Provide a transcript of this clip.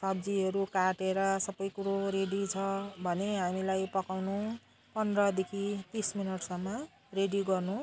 सब्जीहरू काटेर सबै कुरो रेडी छ भने हामीलाई पकाउनु पन्ध्रदेखि तिस मिनटसम्म रेडी गर्नु